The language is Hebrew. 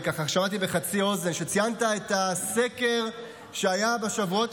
אני ככה שמעתי בחצי אוזן שציינת את הסקר שהיה בשבועות